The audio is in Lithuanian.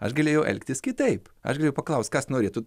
aš galėjau elgtis kitaip aš galėjau paklaust kas norėtų